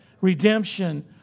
redemption